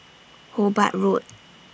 Hobart Road